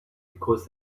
because